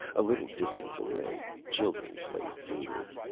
a little distance away, children played gaily.